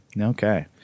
Okay